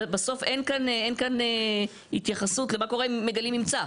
בסוף אין כאן התייחסות למה קורה אם מגלים ממצא.